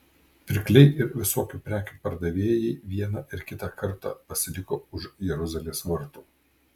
pirkliai ir visokių prekių pardavėjai vieną ir kitą kartą pasiliko už jeruzalės vartų